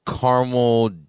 caramel